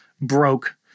broke